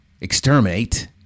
exterminate